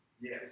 Yes